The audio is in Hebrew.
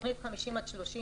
תוכנית "50 עד 30",